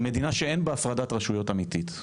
מדינת ישראל היא מדינה שאין בה הפרדת רשויות אמיתית.